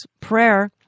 prayer